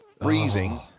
freezing